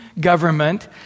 government